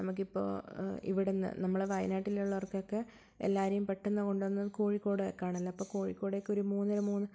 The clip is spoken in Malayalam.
നമുക്ക് എപ്പോൾ ഇവിടുന്ന് നമ്മൾ വയനാട്ടിൽ ഉള്ളവർക്കൊക്കെ എല്ലാവരെയും പെട്ടന്ന് കൊണ്ടുവന്ന് കോഴിക്കോട് ആക്കുവാണല്ലോ അപ്പോൾ കോഴിക്കോടേക്ക് ഒരു മൂന്നര മൂന്ന്